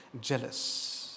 jealous